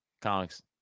Comics